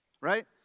Right